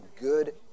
good